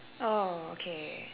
oh K